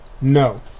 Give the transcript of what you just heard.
No